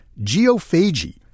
geophagy